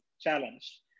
challenge